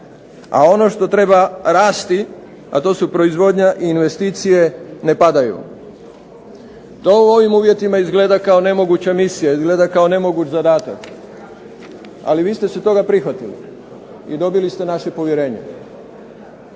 a ono što treba rasti, a to su proizvodnja i investicije, ne padaju. To u ovim uvjetima izgleda kao nemoguća misija, izgleda kao nemoguć zadatak, ali vi ste se toga prihvatili i dobili ste naše povjerenje